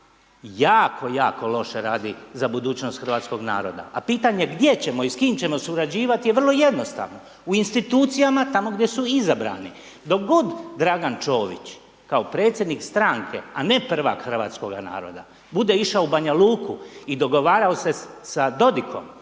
jako, jako loše radi za budućnost hrvatskoga naroda, a pitanje gdje ćemo i s kim ćemo surađivati je vrlo jednostavna, u institucijama tamo gdje su i izabrani. Dok god Dragan Čović, kao predsjednik stranke a ne prvak hrvatskoga naroda bude išao u Banja Luku i dogovarao se sa Dodikom